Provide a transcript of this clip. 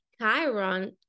Chiron